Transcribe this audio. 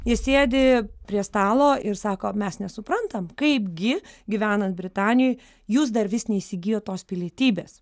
jie sėdi prie stalo ir sako mes nesuprantam kaipgi gyvenant britanijoj jūs dar vis neįsigijot tos pilietybės